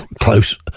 close